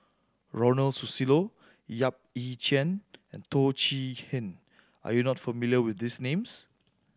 Ronald Susilo Yap Ee Chian and Teo Chee Hean are you not familiar with these names